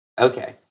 Okay